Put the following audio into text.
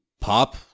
Pop